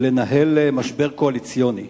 לנהל משבר קואליציוני,